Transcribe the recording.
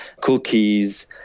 cookies